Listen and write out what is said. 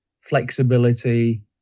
flexibility